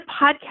podcast